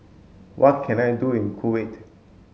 what can I do in Kuwait